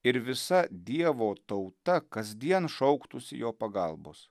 ir visa dievo tauta kasdien šauktųsi jo pagalbos